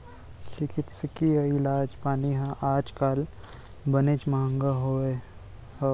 चिकित्सकीय इलाज पानी ह आज काल बनेच महँगा होगे हवय